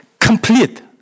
complete